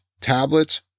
tablets